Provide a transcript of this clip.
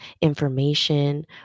information